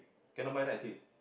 cannot buy right actually